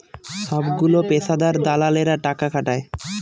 সবগুলো পেশাদার দালালেরা টাকা খাটায়